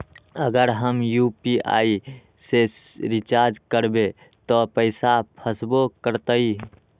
अगर हम यू.पी.आई से रिचार्ज करबै त पैसा फसबो करतई?